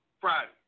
Friday